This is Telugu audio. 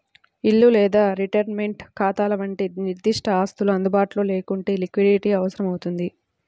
ఇల్లు లేదా రిటైర్మెంట్ ఖాతాల వంటి నిర్దిష్ట ఆస్తులు అందుబాటులో లేకుంటే లిక్విడిటీ అవసరమవుతుంది